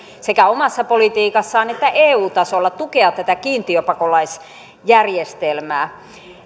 sekä omassa politiikassaan että eu tasolla tukea tätä kiintiöpakolaisjärjestelmää